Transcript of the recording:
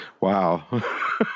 wow